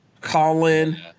Colin